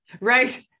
Right